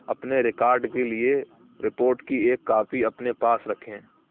اپنے ریکاڈ کے لیے رپورٹ کی ایک کاپی اپنے پاس رکھیں